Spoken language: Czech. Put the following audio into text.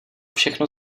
všechno